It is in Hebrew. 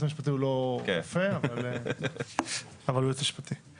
היועץ המשפטי הוא לא רופא אבל הוא יועץ משפטי.